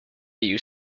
you